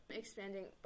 expanding